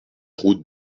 route